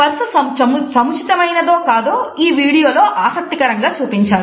స్పర్స సముచితమైనదో కాదో ఈ వీడియోలో ఆసక్తికరంగా చూపించారు